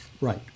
right